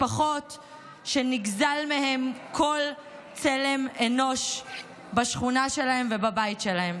על פני משפחות שנגזל מהן כל צלם אנוש בשכונה שלהן ובבית שלהן.